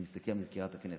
אני מסתכל על מזכירת הכנסת,